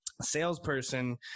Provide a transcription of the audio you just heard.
salesperson